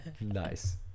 Nice